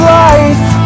life